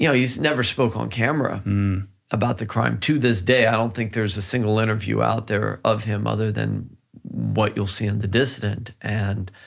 yeah he's never spoken on camera about the crime. to this day, i don't think there's a single interview out there of him other than what you'll see in the dissident, and,